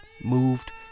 moved